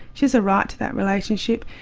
she has a right to that relationship,